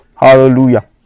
Hallelujah